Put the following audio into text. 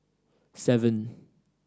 seven